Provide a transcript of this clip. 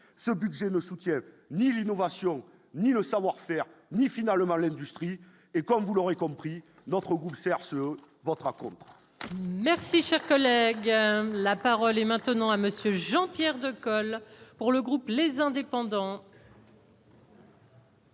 ce budget ne soutiennent ni l'innovation ni le savoir-faire ni finalement l'industrie, et comme vous l'aurez compris d'entre vous faire ce vote raconte. Merci, cher collègue, la parole est maintenant à monsieur Jean-Pierre de pour le groupe, les indépendants.